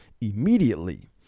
immediately